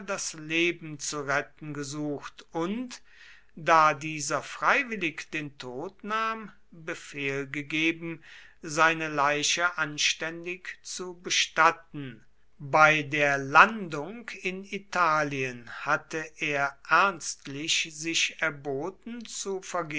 das leben zu retten gesucht und da dieser freiwillig den tod nahm befehl gegeben seine leiche anständig zu bestatten bei der landung in italien hatte er ernstlich sich erboten zu